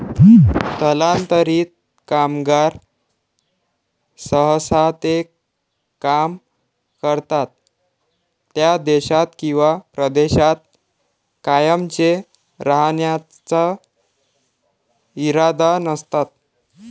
स्थलांतरित कामगार सहसा ते काम करतात त्या देशात किंवा प्रदेशात कायमचे राहण्याचा इरादा नसतात